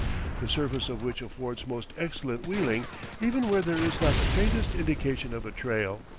the surface of which affords most excellent wheeling even where there is not the faintest indication of a trail.